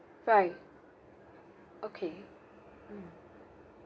right okay mm